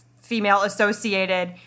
female-associated